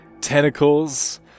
tentacles